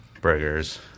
Burgers